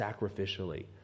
sacrificially